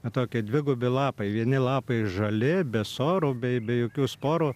tokie dvigubi lapai vieni lapai žali be sorų be be jokių sporų